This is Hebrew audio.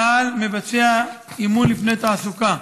צה"ל מבצע אימון לפני תעסוקה,